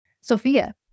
Sophia